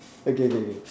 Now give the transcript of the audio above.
okay K K